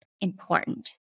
important